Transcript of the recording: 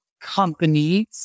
companies